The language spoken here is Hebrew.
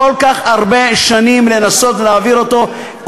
כל כך הרבה שנים לנסות ולהעביר אותו.